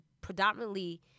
predominantly